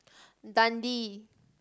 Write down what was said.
Dundee